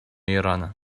ирана